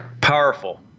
Powerful